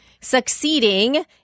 succeeding